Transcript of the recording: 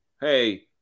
Hey